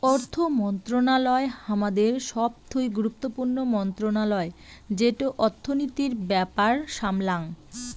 অর্থ মন্ত্রণালয় হামাদের সবথুই গুরুত্বপূর্ণ মন্ত্রণালয় যেটো অর্থনীতির ব্যাপার সামলাঙ